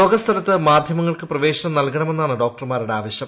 യോഗ സ്ഥലത്ത് മാധ്യമങ്ങൾക്ക് പ്രവേശനം നൽകണമെന്നാണ് ഡോക്ടർമാരുടെ ആവശ്യം